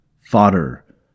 Fodder